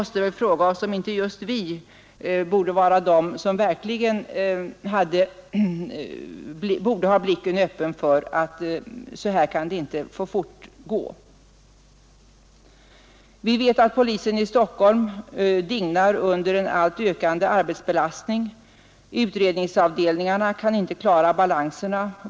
Så här kan det inte få fortgå. Polisen i Stockholm dignar under en alltmer ökande arbetsbelastning. Utredningsavdelningarna kan inte klara balanserna.